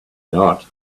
not